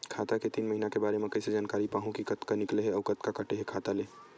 खाता के तीन महिना के बारे मा कइसे जानकारी पाहूं कि कतका निकले हे अउ कतका काटे हे खाता ले?